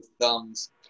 thumbs